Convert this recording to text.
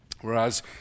Whereas